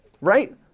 right